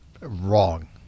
wrong